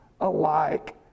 alike